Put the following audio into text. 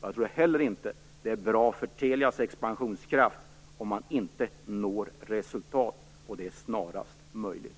Jag tror inte heller att det är bra för Telias expansionskraft om man inte når resultat, och det snarast möjligt.